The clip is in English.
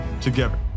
together